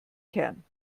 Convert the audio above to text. kern